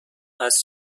هست